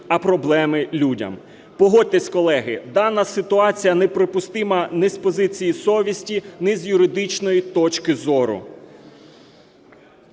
а проблеми – людям. Погодьтесь, колеги, дана ситуація неприпустима ні з позиції совісті, ні з юридичної точки зору.